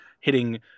hitting